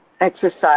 exercise